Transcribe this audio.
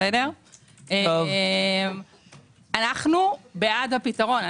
אנו בעד הפתרון.